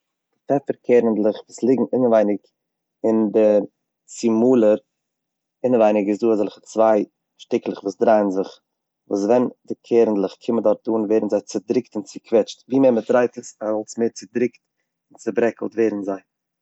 פעפער קערענדלעך וואס ליגן אינעווייניג אין די צומאלער, אינעווייניג איז דא אזעלכע צוויי שטיקלעך וואס דרייען זיך, וואס ווען די קערענדלעך קומען דארט אן ווערן זיי צודריקט און צוקוועטשט, ווי מער מען דרייט עס אלס מער צודרוקט און צוברעקלט ווערן זיי.